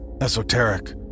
Esoteric